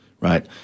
Right